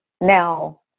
Now